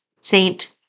saint